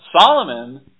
Solomon